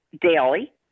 daily